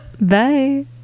Bye